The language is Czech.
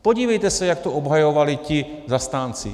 Podívejte se, jak to obhajovali ti zastánci.